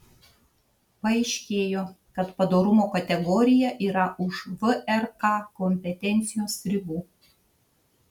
paaiškėjo kad padorumo kategorija yra už vrk kompetencijos ribų